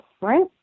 right